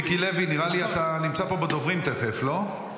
מיקי לוי, נראה לי שאתה נמצא פה בדוברים תכף, לא?